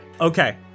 Okay